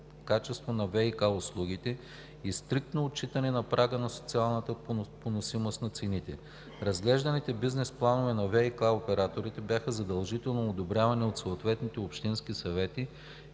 качество на ВиК услугите и стриктно отчитане на прага на социалната поносимост на цените. Разглежданите бизнес планове на ВиК операторите бяха задължително одобрявани от съответните общински съвети